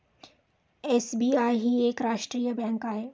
SBI ही एक राष्ट्रीय बँक आहे